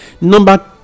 number